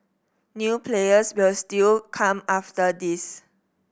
new players will still come after this